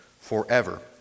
forever